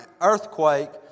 earthquake